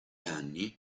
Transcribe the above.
anni